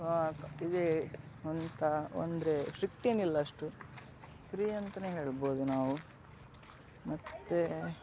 so ಇದೆ ಅಂತ ಅಂದರೆ ಸ್ಟ್ರಿಕ್ಟ್ ಏನಿಲ್ಲ ಅಷ್ಟು ಫ್ರೀ ಅಂತಲೇ ಹೇಳ್ಬೋದು ನಾವು ಮತ್ತು